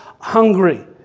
hungry